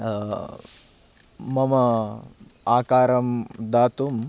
मम आकारं दातुं